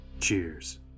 cheers